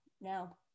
Now